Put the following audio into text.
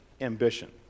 ambition